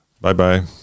Bye-bye